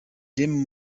them